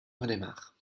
redémarre